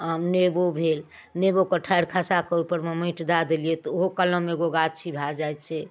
आम नेबो भेल नेबोके ठाढ़ि खसाकऽ ओहिपरमे माटि दऽ देलिए तऽ ओहो कलम एगो गाछी भऽ जाइ छै